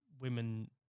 women